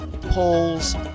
polls